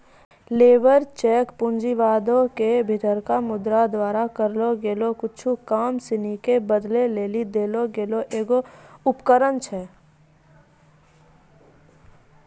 labour cheque पूँजीवादो के भीतरका मुद्रा द्वारा करलो गेलो कुछु काम सिनी के बदलै लेली देलो गेलो एगो उपकरण छै